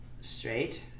Straight